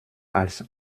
als